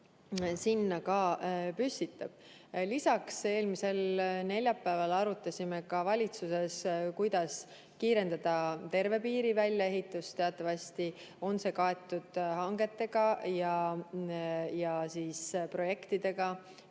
sinna ka püstitab. Lisaks arutasime eelmisel neljapäeval valitsuses, kuidas kiirendada terve piiri väljaehitust. Teatavasti on see kaetud hangetega ja projektidega,